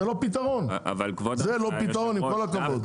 זה לא פתרון עם כל הכבוד.